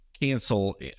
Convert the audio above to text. cancel